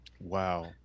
Wow